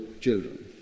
children